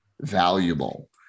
valuable